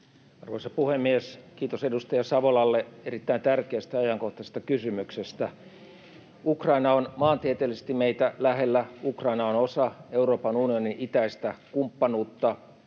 Arvoisa puhemies! Kiitos edustaja Savolalle erittäin tärkeästä ja ajankohtaisesta kysymyksestä. Ukraina on maantieteellisesti meitä lähellä, Ukraina on osa Euroopan unionin itäistä kumppanuutta.